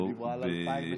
היא דיברה על 2020